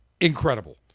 Incredible